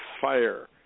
Fire